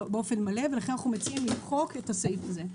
לכן אנחנו מציעים למחוק את הסעיף הזה.